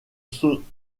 sommation